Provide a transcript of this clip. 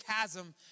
chasm